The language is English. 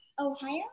Ohio